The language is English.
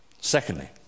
Secondly